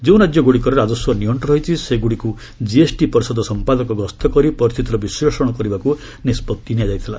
ଯେଉଁ ରାଜ୍ୟଗୁଡ଼ିକରେ ରାଜସ୍ୱ ନିଅଣ୍ଟ ରହିଛି ସେଗୁଡ଼ିକୁ ଜିଏସ୍ଟି ପରିଷଦ ସମ୍ପାଦକ ଗସ୍ତ କରି ପରିସ୍ଥିତିର ବିଶ୍ଳେଷଣ କରିବାକୁ ନିଷ୍ପଭି ନିଆଯାଇଥିଲା